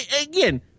again